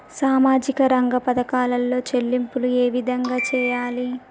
సామాజిక రంగ పథకాలలో చెల్లింపులు ఏ విధంగా చేయాలి?